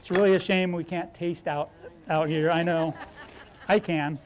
it's really a shame we can't taste out here i know i can